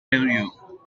you